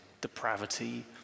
depravity